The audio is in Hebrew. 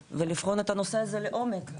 ולבחון את הנושא לעומק.